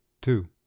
two